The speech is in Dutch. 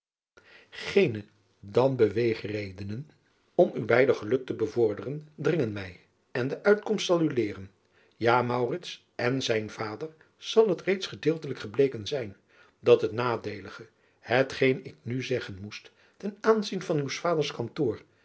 geene dan beweegredenen om u beider geluk te bevorderen dringen mij en de uitkomst zal u leeren ja en zijn vader zal het reeds gedeeltelijk gebleken zijn dat het nadeelige het geen ik nu zeggen moest ten aanzien van uws vaders kantoor